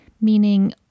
meaning